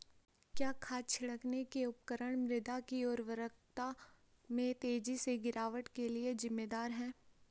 क्या खाद छिड़कने के उपकरण मृदा की उर्वरता में तेजी से गिरावट के लिए जिम्मेवार हैं?